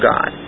God